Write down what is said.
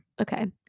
Okay